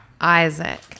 Isaac